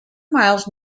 miles